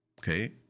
Okay